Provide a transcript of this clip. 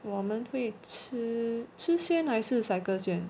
我们会吃吃先还是 cycle 先